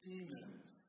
demons